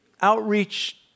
outreach